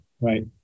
Right